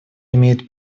имеет